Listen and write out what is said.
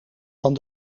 van